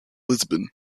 lisbon